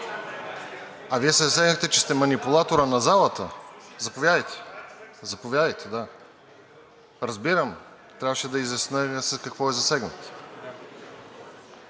А Вие се засегнахте, че сте манипулаторът на залата? Заповядайте – заповядайте, да. Разбирам, трябваше да изясня за какво е засегнат.